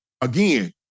again